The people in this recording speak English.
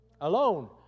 Alone